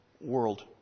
world